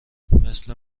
مثل